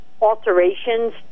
alterations